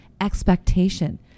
expectation